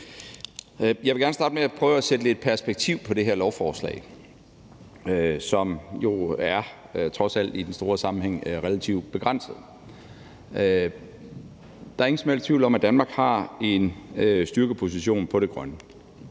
Jeg vil gerne starte med at prøve at sætte lidt perspektiv på det her lovforslag, som jo trods alt i den store sammenhæng er relativt begrænset. Der er ingen som helst tvivl om, at Danmark har en styrkeposition på det grønne